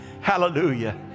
hallelujah